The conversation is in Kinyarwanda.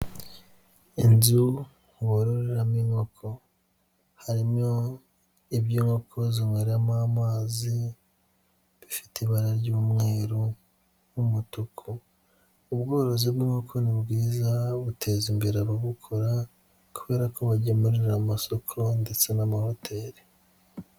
Inzu baroramo inkoko, harimo ibyo inkoko zinyweramo amazi bifite ibara ry'umweru, umutuku, ubworozi bw'inkoko ni bwiza buteza imbere ababukora, kubera ko bagemurira amasoko ndetse n'amahoteli.